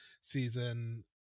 Season